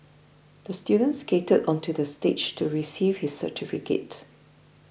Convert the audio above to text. the student skated onto the stage to receive his certificate